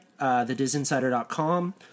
TheDizInsider.com